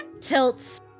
tilts